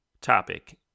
topic